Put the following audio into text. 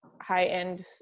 high-end